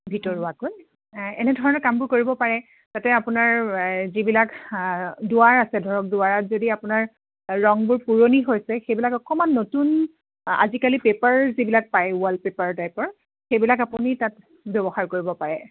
ভিতৰুৱাকৈ এনেধৰণে কামবোৰ কৰিব পাৰে যাতে আপোনাৰ যিবিলাক দুৱাৰ আছে ধৰক দুৱাৰত যদি আপোনাৰ ৰংবোৰ পুৰণি হৈছে সেইবিলাক অকণমান নতুন আজিকালি পেপাৰ যিবিলাক পাই ৱালপেপাৰ টাইপৰ সেইবিলাক আপুনি তাত ব্যৱহাৰ কৰিব পাৰে